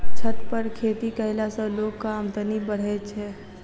छत पर खेती कयला सॅ लोकक आमदनी बढ़ैत छै